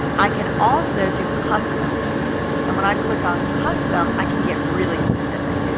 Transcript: i can also do custom and when i click on custom i can get really specific.